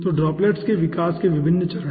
तो ड्रॉप्लेट्स के विकास के विभिन्न चरण